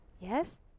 Yes